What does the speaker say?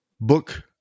book